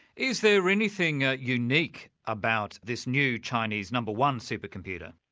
is there anything unique about this new chinese number one supercomputer?